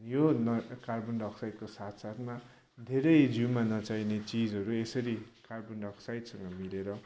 यो न कार्बन डाईअक्साइडको साथ साथमा धेरै जिउमा नचाहिने चिजहरू यसरी कार्बन डाईअक्साइडसँग मिलेर